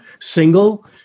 single